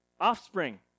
offspring